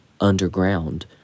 underground